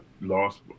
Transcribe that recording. lost